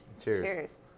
Cheers